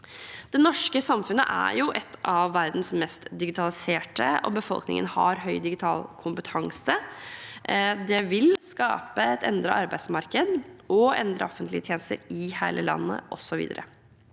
Det norske samfunnet er et av verdens mest digitaliserte, og befolkningen har høy digital kompetanse. Det vil skape et endret arbeidsmarked og endrede offentlige tjenester i hele landet, osv.